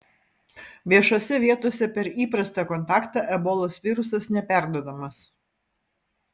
viešose vietose per įprastą kontaktą ebolos virusas neperduodamas